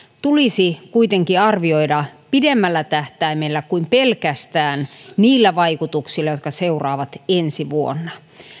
tulisi kuitenkin arvioida pidemmällä tähtäimellä kuin pelkästään niillä vaikutuksilla jotka seuraavat ensi vuonna